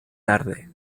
tarde